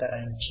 ठीक आहे